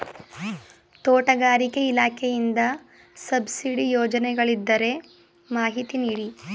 ತೋಟಗಾರಿಕೆ ಇಲಾಖೆಯಿಂದ ಸಬ್ಸಿಡಿ ಯೋಜನೆಗಳಿದ್ದರೆ ಮಾಹಿತಿ ನೀಡಿ?